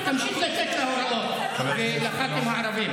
תמשיך לתת לה הוראות, ולח"כים הערבים.